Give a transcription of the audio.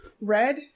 Red